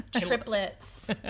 triplets